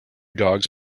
dogs